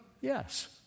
Yes